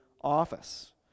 office